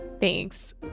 Thanks